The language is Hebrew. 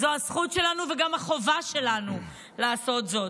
זו הזכות שלנו וגם החובה שלנו לעשות זאת.